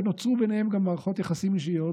ונוצרו ביניהם גם מערכות יחסים אישיות,